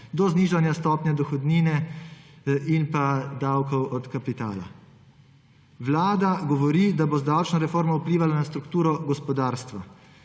do znižanja stopnje dohodnine in pa davkov od kapitala. Vlada govori, da bo z davčno reformo vplivala na strukturo gospodarstva,